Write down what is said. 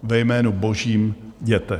Ve jménu božím jděte!